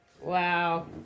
Wow